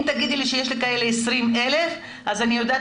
אם תגידי לי שיש לי 20,000 כאלה אז אני יודעת